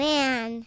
Man